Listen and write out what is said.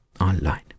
online